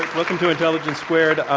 welcome to intelligence squared.